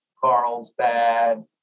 Carlsbad